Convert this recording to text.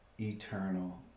eternal